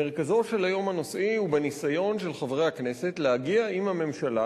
מרכזו של היום הנושאי הוא בניסיון של חברי הכנסת להגיע עם הממשלה